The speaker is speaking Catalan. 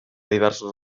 diversos